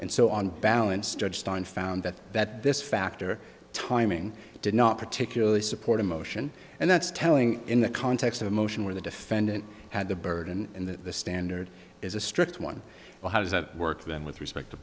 and so on balance judged on found that that this factor timing did not particularly support a motion and that's telling in the context of a motion where the defendant had the burden and that the standard is a strict one well how does that work then with respect to